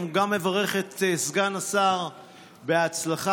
וגם מברך את סגן השר בהצלחה.